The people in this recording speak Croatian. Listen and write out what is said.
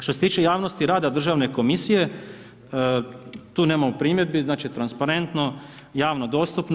Što se tiče javnosti rada državne komisije, tu nemamo primjedbi, znači transparentno, javno dostupno.